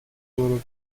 اینا، که